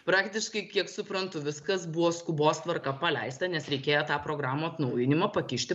praktiškai kiek suprantu viskas buvo skubos tvarka paleista nes reikėjo tą programų atnaujinimą pakišti